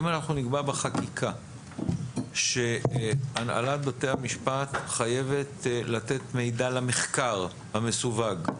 נקבע בחקיקה שהנהלת בתי המשפט חייבת לתת מידע למחקר המסווג,